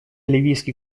ливийский